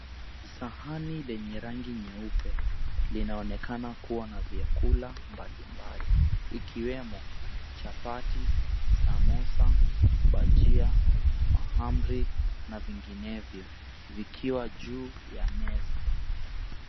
Sahani lenye rangi nyeupe linaonekana kuwa na vyakula mbalimbali ikiwemo: chapati, bajia, samosa, mahamri, na vinginevyo vikiwa juu ya meza.